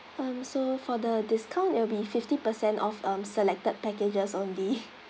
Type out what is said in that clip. um so for the discount it'll be fifty percent off um selected packages only